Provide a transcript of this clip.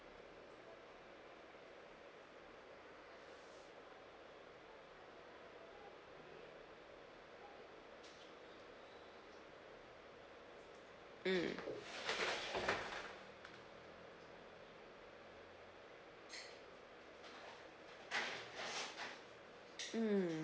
mm